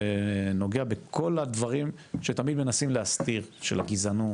שנוגע בכל הדברים שתמיד מנסים להסתיר; הגזענות,